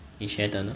你觉得呢